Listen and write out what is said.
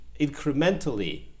incrementally